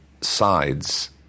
sides